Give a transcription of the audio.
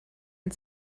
and